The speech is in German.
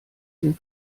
den